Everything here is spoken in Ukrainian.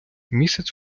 місяць